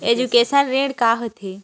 Education ऋण का होथे?